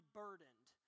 burdened